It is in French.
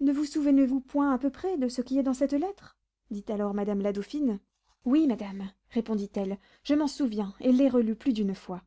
ne vous souvenez-vous point à peu près de ce qui est dans cette lettre dit alors la reine dauphine oui madame répondit-elle je m'en souviens et l'ai relue plus d'une fois